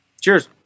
Cheers